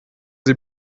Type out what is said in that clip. sie